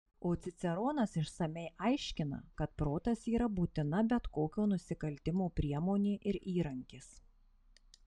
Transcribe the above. o ciceronas išsamiai aiškina kad protas yra būtina bet kokio nusikaltimo priemonė ir įrankis